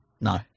No